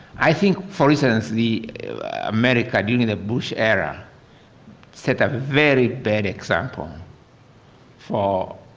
i think for instance, the america during the bush era setup a very bad example for